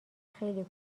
خیلی